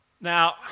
Now